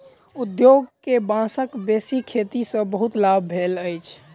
उद्योग के बांसक बेसी खेती सॅ बहुत लाभ भेल अछि